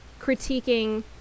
critiquing